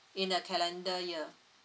in the calendar year